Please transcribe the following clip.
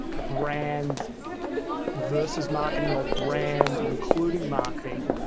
brand versus marketing, or brand including marketing.